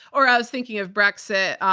or i was thinking of brexit,